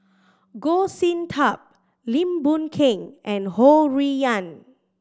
Goh Sin Tub Lim Boon Keng and Ho Rui An